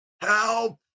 Help